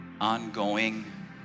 ongoing